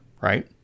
right